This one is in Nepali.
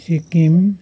सिक्किम